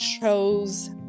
chose